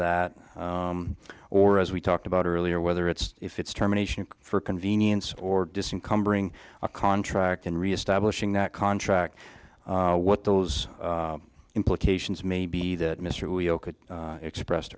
that or as we talked about earlier whether it's if it's terminations for convenience or distant cumbering a contract in reestablishing that contract what those implications may be that mr we expressed